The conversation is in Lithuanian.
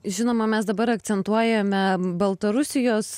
žinoma mes dabar akcentuojame baltarusijos